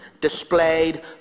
displayed